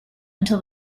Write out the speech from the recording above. until